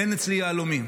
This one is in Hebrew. אין אצלי יהלומים,